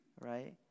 right